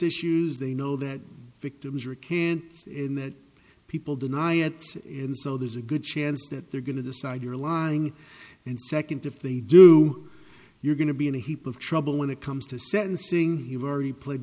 issues they know that victims recant in that people deny it and so there's a good chance that they're going to decide you're lying and second if they do you're going to be in a heap of trouble when it comes to sentencing he were already pled